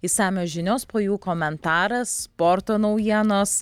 išsamios žinios po jų komentaras sporto naujienos